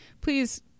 please